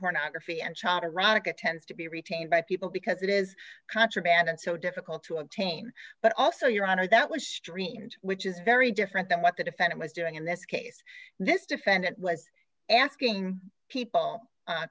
pornography and child erotica tends to be retained by people because it is contraband and so difficult to obtain but also your honor that was streamed which is very different than what the defendant was doing in this case this defendant was asking people